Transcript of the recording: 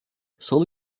salı